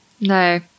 No